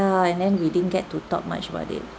and then we didn't get to talk much about it